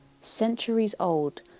centuries-old